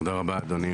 תודה רבה, אדוני